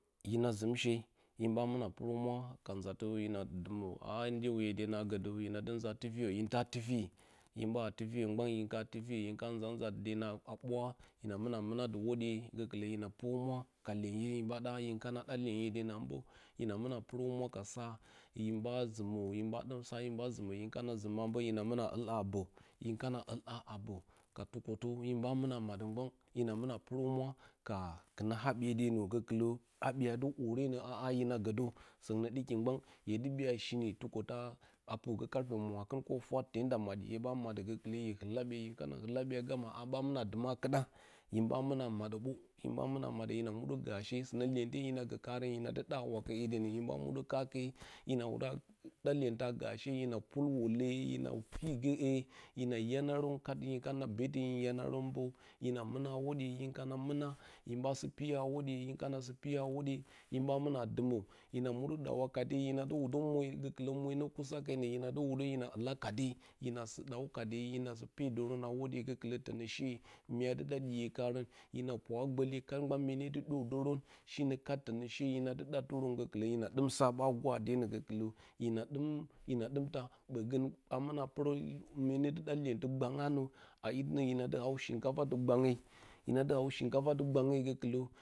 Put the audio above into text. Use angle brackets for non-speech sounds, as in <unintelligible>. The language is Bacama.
Hina zimshe hin ɓa muna puro humwa ka zautə hina dumə a ha ndeiye dene a godə hina dɨnza tiriyə, hinta tifiyi hinba tifiya gba hinta titiyi hinta nza, nzatɨdena bwa hina muna, muna dɨ hurodiye gukulə hina purohumwa ka lenye himɓa ɗa hin kana ɗa lenye danə a mbə hir muna purohumwa ka sa hin ɓa zimə him ɓa ɗa za hin ɓa zimə. hinka zimə a mbə hina muna ul haa bo, hin kaul ha a mbo ka tukotə hin ɓa muna maddə gban hina muna purohumura ka kɨna habiye denə gokulə habiye a dɨ orenə a ha hina godə soungnə diki gban te dɨ gya shin, tukotə a purgə karfe murakɨn ko fwat te naa maddi hye ɓa maddə gokulə hye ul habiye hin kana ul habiye a ha ɓa muna duma a kuɗa hin ɓa muna maddə bə, hin ɓg muna maddə hina mudə gasho sunə yente hina gə karə hina at ba a wokə he denə hin ba moɗə kake hena wada a ɗa iyenta a gaishe hina put wide hina feigə he, hina hyanarən kat <unintelligible> betɨ hyunarən mbo hima muna a hurodiye hin ka na muna hin ɓa sɨ piya a hwodiye hin kana sɨ piya a hwodiye hin ɓa muna dumə hina mudə ɗawa kade him dɨ wodə muə gokulə mwe nno kenə hina du wodə hina ula kade hina sɨ ɗau kade hina dɨ pedərə a hwodiye gokulə tonə she myadɨ ɗa diye karə hina parara gboliye kat mgbah myene ɗu dordəratrun shinə kat tonə she hina dɨ du ɗadiran gokulə hina dɨm sa ɓa suradenə gokulə lina ɗim, hina ɗɨm taa ɓogən amina purə myenə duɗa iyentɨ ngbangy anə a itɨnə hin du haw shinkafa ngbangy hina dɨ haw shinkafa ngba gokulə.